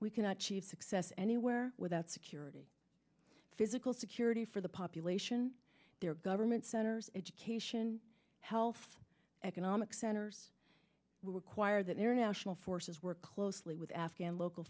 we cannot achieve success anywhere without security physical security for the population there government centers education health economic centers we require that international forces work closely with afghan local